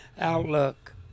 outlook